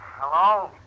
Hello